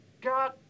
God